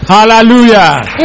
Hallelujah